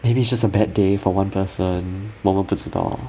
maybe its just a bad day for one person 我们不知道